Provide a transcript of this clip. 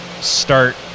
start